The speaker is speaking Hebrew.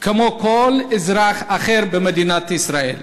כמו כל אזרח אחר במדינת ישראל.